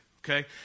Okay